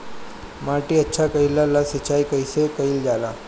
माटी अच्छा कइला ला सिंचाई कइसे कइल जाला?